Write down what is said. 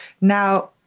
now